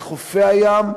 לחופי הים,